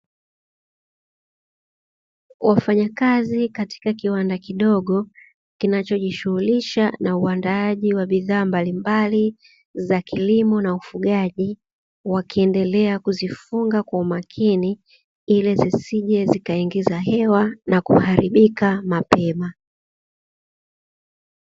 Wafanyakazi katika kiwanda kidogo kinachojishughulisha na uandaaji wa bidhaa mbalimbali za kilimo na ufugaji, wakiendelea kuzifunga kwa umakini ili zisije zikaingiza hewa na kuharibika mapema.